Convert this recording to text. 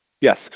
Yes